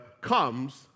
comes